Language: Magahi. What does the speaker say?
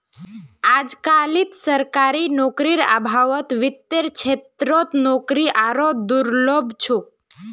अजकालित सरकारी नौकरीर अभाउत वित्तेर क्षेत्रत नौकरी आरोह दुर्लभ छोक